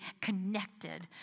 connected